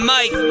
Mike